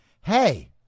hey